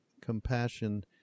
compassion